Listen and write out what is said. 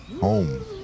home